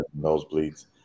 nosebleeds